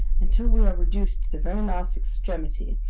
until we are reduced to the very last extremity,